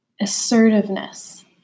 assertiveness